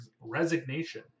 resignation